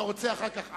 אתה רוצה אחר כך,